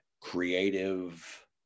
creative